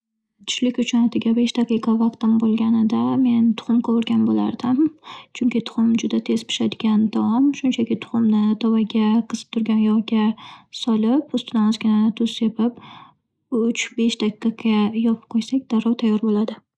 Tushlik uchun atigi besh daqiqa vaqtim bo'lganida men tuxum qovurgan bo'lardim. Chunki tuxum juda tez pishadigan taom. Shunchaki tuxumni tovaga, qizib turgan yog'ga solib, ustidan ozgina tuz sepib uch- besh daqiqa yopib qo'ysak darrov tayyor bo'ladi.